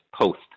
post